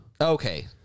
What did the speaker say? okay